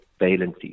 valency